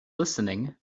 listening